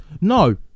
No